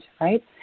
right